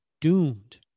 doomed